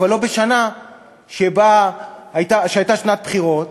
אבל לא בשנה שהייתה שנת בחירות,